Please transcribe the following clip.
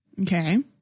Okay